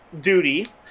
duty